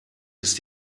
ist